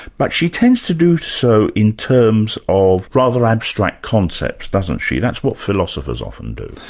but she tends to do so in terms of rather abstract concepts, doesn't she? that's what philosophers often do.